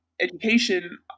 education